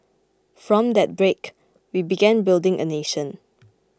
from that break we began building a nation